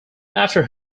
after